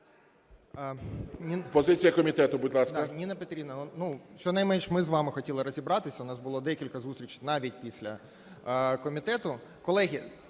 позиція комітету, будь ласка.